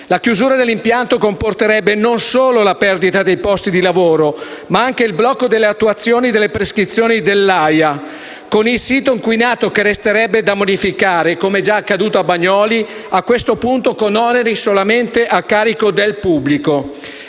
La chiusura dell'impianto comporterebbe non solo la perdita dei posti di lavoro, ma anche il blocco dell'attuazione delle prescrizioni dell'AIA, con il sito inquinato che resterebbe da bonificare, come già accaduto a Bagnoli, a questo punto con oneri solamente a carico del pubblico.